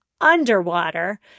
underwater